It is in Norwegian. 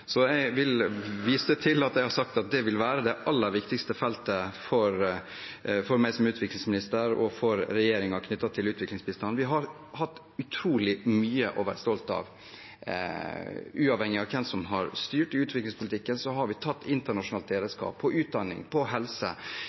Jeg vil vise til at jeg har sagt at det vil være det aller viktigste feltet for meg som utviklingsminister og for regjeringen knyttet til utviklingsbistanden. Vi har hatt utrolig mye å være stolte av. Uavhengig av hvem som har styrt i utviklingspolitikken, har vi tatt internasjonalt lederskap – på utdanning, på helse